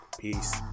Peace